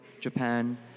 Japan